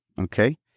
okay